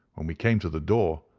when we came to the door,